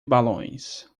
balões